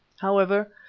however,